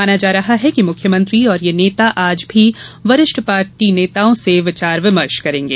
माना जा रहा है कि मुख्यमंत्री और ये नेता आज भी वरिष्ठ पार्टी नेताओं से विचार विमर्श करेंगे